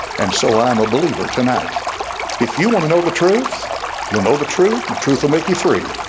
and so i'm a believer tonight if you want to know the truth you'll know the truth. the truth will make you free